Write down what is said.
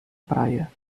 praia